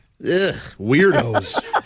Weirdos